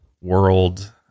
world